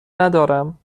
ندارم